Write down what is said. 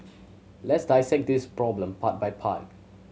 let's dissect this problem part by part